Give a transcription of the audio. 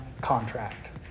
contract